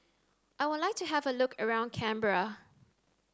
I would like to have a look around Canberra